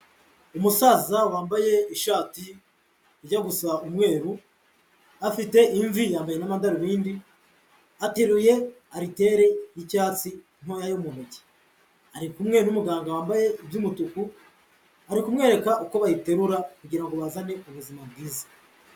Umusaza wambaye ishati ijya gusa umweru, afite imvi yambaye n'amadarubindi ateruye aritere y'icyatsi ntoya mu ntoki, ari kumwe n'umuganga wambaye iby'umutuku ari kumwereka uko bayiterura kugira ngo bazane ubuzima bwiza.